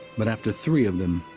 but, after three of them,